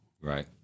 Right